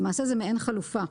למעשה זו מעין חלופה,